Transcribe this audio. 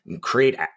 create